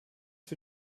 für